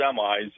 semis